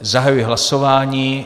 Zahajuji hlasování.